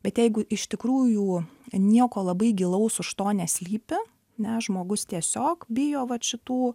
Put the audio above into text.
bet jeigu iš tikrųjų nieko labai gilaus už to neslypi ne žmogus tiesiog bijo vat šitų